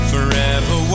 Forever